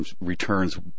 returns